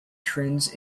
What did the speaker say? trends